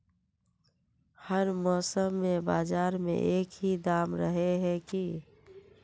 हर मौसम में बाजार में एक ही दाम रहे है की?